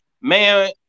man